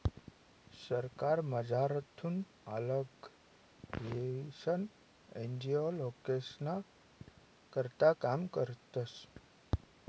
सरकारमझारथून आल्लग व्हयीसन एन.जी.ओ लोकेस्ना करता काम करतस